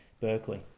berkeley